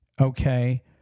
okay